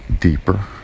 deeper